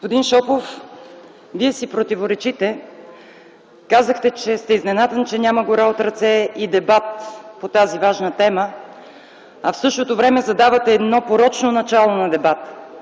Господин Шопов, Вие си противоречите. Казахте, че сте изненадан, че няма гора от ръце и дебат по тази важна тема, а в същото време задавате едно порочно начало на дебата.